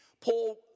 Paul